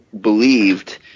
believed